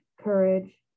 courage